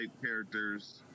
characters